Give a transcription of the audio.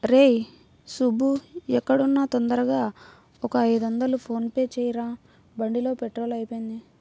రేయ్ సుబ్బూ ఎక్కడున్నా తొందరగా ఒక ఐదొందలు ఫోన్ పే చెయ్యరా, బండిలో పెట్రోలు అయిపొయింది